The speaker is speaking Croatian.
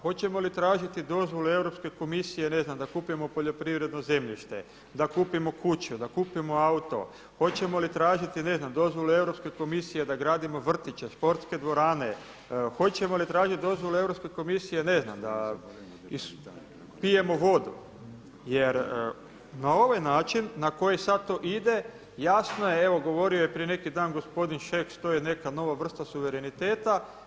Hoćemo li tražiti dozvolu Europske komisije ne znam da kupimo poljoprivredno zemljište, da kupimo kuću, da kupimo auto, hoćemo li tražiti ne znam dozvolu Europske komisije da gradimo vrtiće, sportske dvorane, hoćemo li tražiti dozvolu Europske komisije ne znam da pijemo vodu jer na ovaj način na koji sada to ide, jasno je evo prije neki dan govorio je gospodin Šeks to je neka nova vrsta suvereniteta.